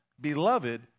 beloved